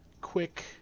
quick